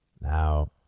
Now